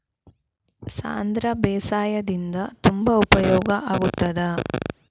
ಸಾಂಧ್ರ ಬೇಸಾಯದಿಂದ ತುಂಬಾ ಉಪಯೋಗ ಆಗುತ್ತದಾ?